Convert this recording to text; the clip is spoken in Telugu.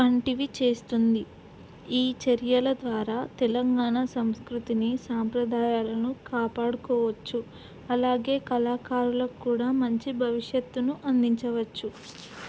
వంటివి చేస్తుంది ఈ చర్యల ద్వారా తెలంగాణ సంస్కృతిని సాంప్రదాయాలను కాపాడుకోవచ్చు అలాగే కళాకారులకు కూడా మంచి భవిష్యత్తును అందించవచ్చు